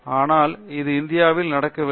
ஆனால் அது இந்தியாவில் நடக்கவில்லை